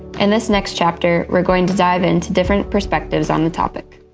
and this next chapter, we're going to dive into different perspectives on the topic.